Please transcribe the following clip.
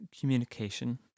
communication